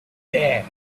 there